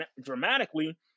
dramatically